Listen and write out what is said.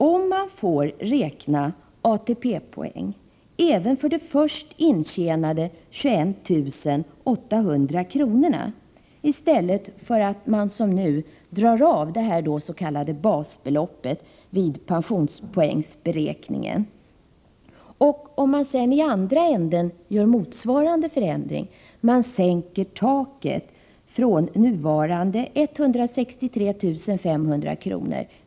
Om man får räkna ATP-poäng även för de först intjänade 21 800 kronorna i stället för att man som nu drar av det s.k. basbeloppet vid pensionspoängsberäkningen och om man i andra änden gör motsvarande förändring och sänker taket från nuvarande 163 500 kr.